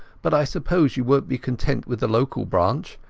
but i suppose you wonat be content with the local branch.